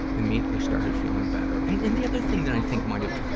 immediately started feeling better. and, and the other thing that i think might have,